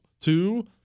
Two